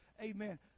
Amen